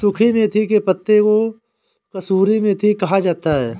सुखी मेथी के पत्तों को कसूरी मेथी कहा जाता है